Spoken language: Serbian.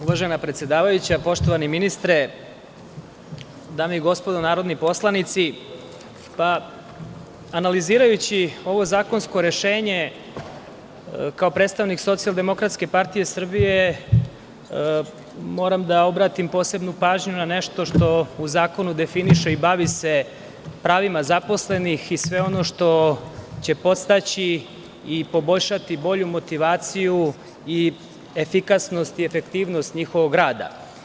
Uvažena predsedavajuća, poštovani ministre, dame i gospodo narodni poslanici, analizirajući ovo zakonsko rešenje, kao predstavnik Socijaldemokratske partije Srbije, moram da obratim posebnu pažnju na nešto što u zakonu definiše i bavi se pravima zaposlenih i sve ono što će podstaći i poboljšati bolju motivaciju i efikasnost i efektivnost njihovog rada.